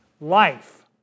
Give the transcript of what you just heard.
life